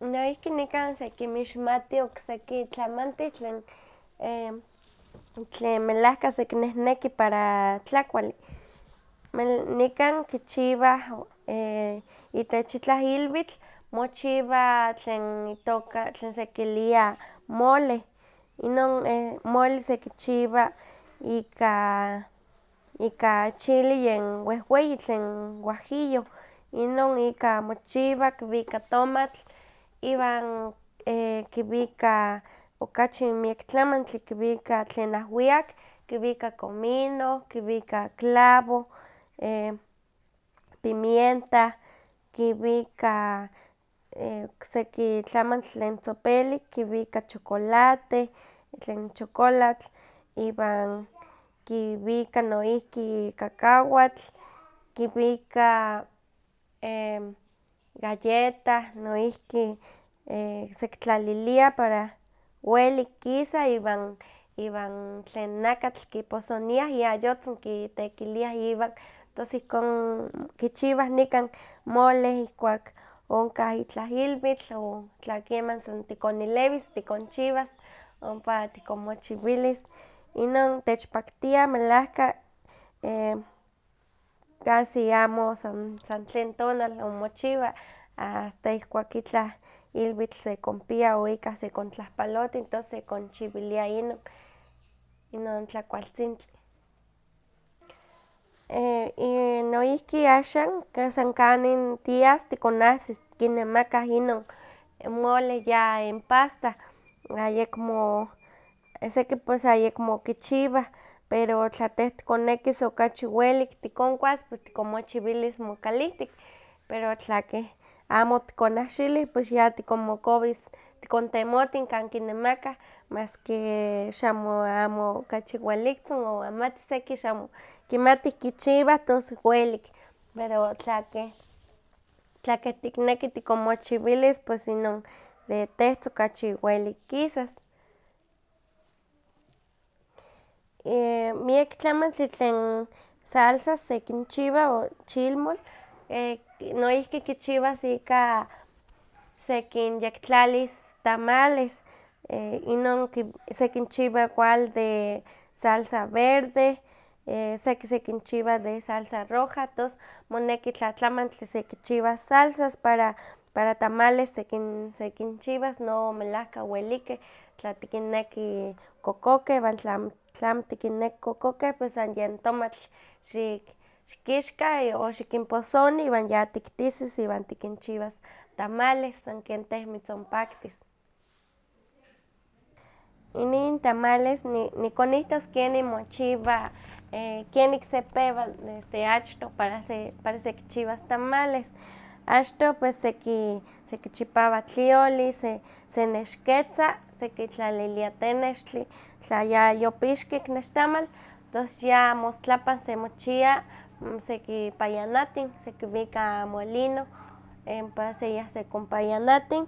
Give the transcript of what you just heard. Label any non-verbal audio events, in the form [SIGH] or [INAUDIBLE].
Noihki nikan sekinmixmati okseki tlamantih tlen [HESITATION] tlen melahka sekinehneki para tlakuali, nikan kichiwah itech itlah ilwitl mochiwa tlen itoka, tlen sekilia mole. Inon mole sekichiwa ika ika chili yen wehweyi tlen guajillo, inon ika mochiwa kiwika tomatl, iwan kiwika okachi miak tlamantli, kiwika tlen ahwiak, kiwika comino, kiwika clavo, pimienta, kiwika okseki tlamantli tlen tzopelik, kiwika chocolate, tlen chokolatl, kiwika noihki cacahuatl, kiwika galleta, noihki sekitlalilia para welik kisa iwan iwan tlen nakatl kiposoniah iayotzin kitekiliah iwan, tos ihkon kichiwah nikan mole ihkuak onkah itlah ilwitl, o tla keman son tikonilewis, tikonchiwas ompa tikonmochiwilis. Inon techpaktia melahka casi amo san san tlen tonal onmochiwa, asta ihkuak itlah ilwitl sekonpia o ikah sekontlahpalotih tos sekonchiwilia inon, inon tlakualtzintli. Noihki axan san kanin tias tikonahsis kinemakah inon mole ya en paste, ayekmo seki pues ayekmo kichiwah, pero tla teh tikonnekis okachi welik tikonkuas pues tikonmochiwilis mokalihtik, pero tla amo otikonahxilih, pues ya tikonmokowis tikontemotin kan kinemakah mas ke amo xamo amo okachi weliktzin o amati seki xamo kimatih kichiwah tos welik, pero tlakeh tlakeh tikneki tikonmochiwilis pues inon de tehtzin okachi welik kisas. Miek tlamantli tlen salsas sekinchiwa o chilmol noihki kichiwas ika sekintektlalis tamales, inon sekinchiwa igual de salsa verde, seki sekinchiwa de salsa roja, tos moneki tlatlamantli sekichiwas salsas para tamales sekinchiwas no melahka welikeh, tla tikinneki kokokeh, iwan tlamo tikinneki kokokeh pues san yen tomatl, xik xikixka o xikinposoni iwan ya tiktisis iwan tikinchiwas tamales san ken teh mitzonpaktis. Inin tamales nikonihtos kenin mochiwa kenik sepewa de achtoh para sekichiwas tamales. Achtoh pues seki sekichipawa tlioli, senexketza, sekitlalialia tenextli, tla yayopixkin niktamal tos ya mostlapan semochia sekipayanatin, sekiwika molino, ompaseya sekonpayanatin.